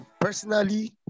personally